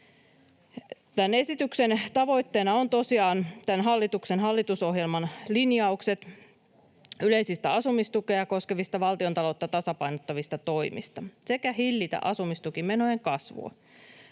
Tämän esityksen tavoitteena on tosiaan tämän hallituksen hallitusohjelman linjaukset yleisistä asumistukea koskevista, valtiontaloutta tasapainottavista toimista sekä hillitä asumistukimenojen kasvua.